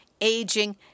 aging